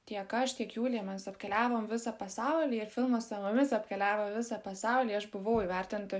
tiek aš tiek jūlija mes apkeliavom visą pasaulį ir filmas su mumis apkeliavo visą pasaulį aš buvau įvertinta